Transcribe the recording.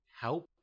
help